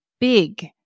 big